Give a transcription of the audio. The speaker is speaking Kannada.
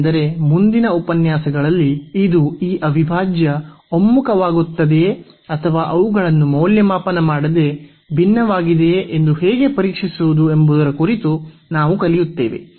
ಏಕೆಂದರೆ ಮುಂದಿನ ಉಪನ್ಯಾಸಗಳಲ್ಲಿ ಇದು ಈ ಅವಿಭಾಜ್ಯ ಒಮ್ಮುಖವಾಗುತ್ತದೆಯೇ ಅಥವಾ ಅವುಗಳನ್ನು ಮೌಲ್ಯಮಾಪನ ಮಾಡದೆ ಭಿನ್ನವಾಗಿದೆಯೆ ಎಂದು ಹೇಗೆ ಪರೀಕ್ಷಿಸುವುದು ಎಂಬುದರ ಕುರಿತು ನಾವು ಕಲಿಯುತ್ತೇವೆ